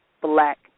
black